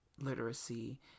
literacy